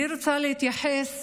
אני רוצה להתייחס